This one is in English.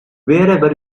wherever